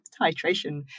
titration